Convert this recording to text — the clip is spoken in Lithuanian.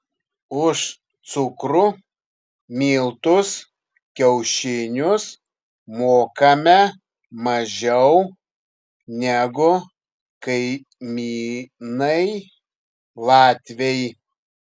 už cukrų miltus kiaušinius mokame mažiau negu kaimynai latviai